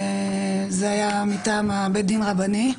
זה היה מטעם בית הדין הרבני.